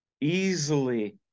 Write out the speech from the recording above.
easily